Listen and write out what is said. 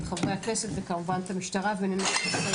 את חברי הכנסת וכמובן את המשטרה וננסה לסייע